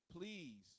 please